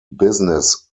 business